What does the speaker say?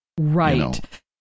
Right